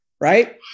right